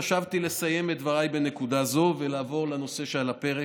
חשבתי לסיים את דבריי בנקודה זו ולעבור לנושא שעל הפרק,